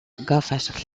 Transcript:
gafas